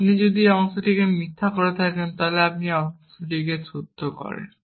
আপনি যদি এই অংশটিকে মিথ্যা করে থাকেন তবে আপনি যদি এই অংশটিকে সত্য করেন